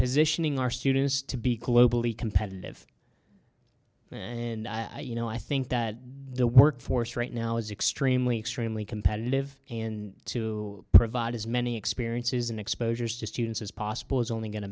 positioning our students to be closely competitive and i you know i think that the workforce right now is extremely extremely competitive and to provide as many experiences and exposures to students as possible is only go